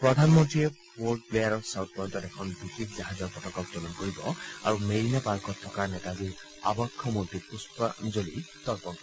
প্ৰধানমন্ত্ৰীয়ে পৰ্ট ৱেয়াৰৰ ছাউথ পইণ্টত এখন বিশেষ জাহাজৰ পতাকা উত্তোলন কৰিব আৰু মেৰিনা পাৰ্কত থকা নেতাজীৰ আৱক্ষ মূৰ্তিত পৃষ্পাঞ্জলি তৰ্পণ কৰিব